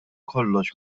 kollox